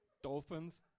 dolphins